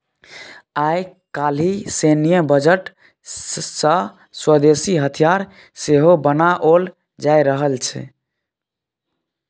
आय काल्हि सैन्य बजट सँ स्वदेशी हथियार सेहो बनाओल जा रहल छै